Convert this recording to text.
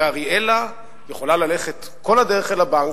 ואראלה יכולה ללכת כל הדרך אל הבנק,